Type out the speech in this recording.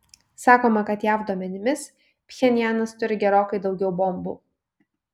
sakoma kad jav duomenimis pchenjanas turi gerokai daugiau bombų